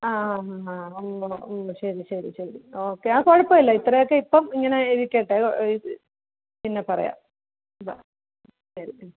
ആ അങ്ങനെ ഓ ശരി ശരി ശരി ഓക്കെ ആ കുഴപ്പമില്ല ഇത്രയൊക്കെ ഇപ്പം ഇങ്ങനെ ഇരിക്കട്ടെ പിന്നെ പറയാം താ ശരി